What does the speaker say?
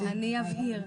אני אבהיר.